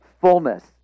fullness